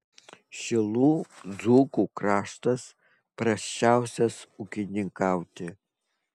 šilų dzūkų kraštas prasčiausias ūkininkauti